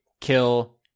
kill